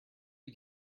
you